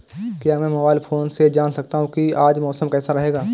क्या मैं mobile phone से जान सकता हूँ कि आज मौसम कैसा रहेगा?